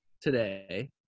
today